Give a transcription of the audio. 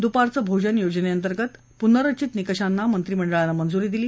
दुपारचं भोजन योजनेअंतर्गत पुनर्रचित निकषांना मंत्रिमंडळानं मंजुरी दिली